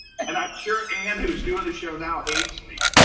and and i'm sure anne who's doing the show now hates me,